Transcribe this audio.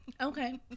Okay